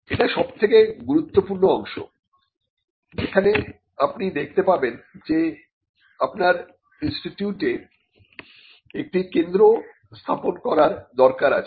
এটি সবচেয়ে গুরুত্বপূর্ণ অংশ যেখানে আপনি দেখতে পাবেন যে আপনার ইনস্টিটিউটে একটি কেন্দ্র স্থাপন করার দরকার রয়েছে